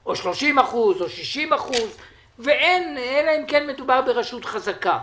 או 30% או 60% ואין, אלא אם כן מדובר ברשות חזקה.